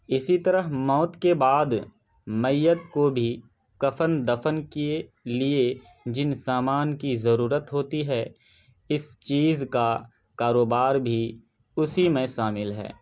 اسی طرح موت کے بعد میت کو بھی کفن دفن کئے لیے جن سامان کی ضرورت ہوتی ہے اس چیز کا کاروبار بھی اسی میں شامل ہے